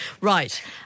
Right